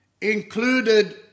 included